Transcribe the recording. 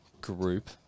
group